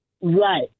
Right